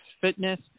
Fitness